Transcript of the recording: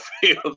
field